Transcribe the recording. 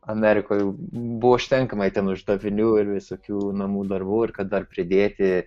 amerikoje buvo užtenkamai ten uždavinių ir visokių namų darbų ir kad dar pridėti